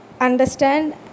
understand